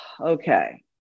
okay